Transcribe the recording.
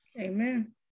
Amen